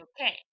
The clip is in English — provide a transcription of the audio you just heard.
okay